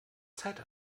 zeit